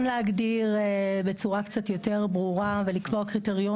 אנחנו חושבים שנכון להגדיר בצורה קצת יותר ברורה ולקבוע קריטריונים.